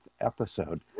episode